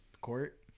court